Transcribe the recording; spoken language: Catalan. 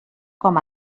com